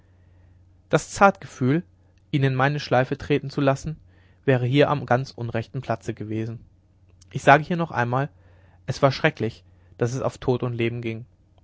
das zartgefühl ihn in meine schleife treten zu lassen wäre hier am ganz unrechten platze gewesen ich sage hier noch einmal es war schrecklich daß es auf tod und leben ging